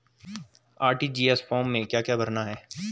RTGS form में क्या क्या भरना है?